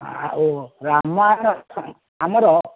ଆଉ ରାମାୟଣ ଆମର